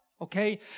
Okay